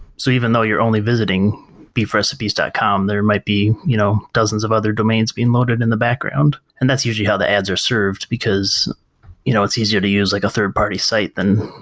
so even though you're only visiting beefrecipes dot com, there might be you know dozens of other domains being loaded in the background. and that's usually how the ads are served, because you know it's easier to use like a third party site than